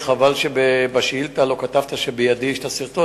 חבל שבשאילתא לא כתבת "בידי יש את הסרטון".